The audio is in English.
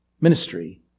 ministry